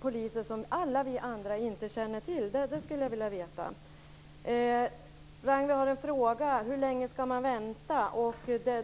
poliser som vi andra inte känner till. Det skulle jag vilja veta lite om. Ragnwi har en fråga: Hur länge ska man vänta?